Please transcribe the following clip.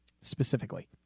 specifically